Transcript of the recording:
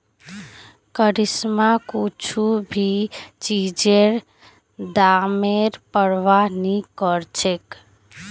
करिश्मा कुछू भी चीजेर दामेर प्रवाह नी करछेक